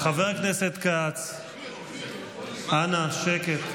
חבר הכנסת כץ, אנא שקט.